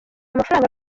amafaranga